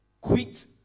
Quit